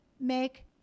make